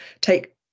take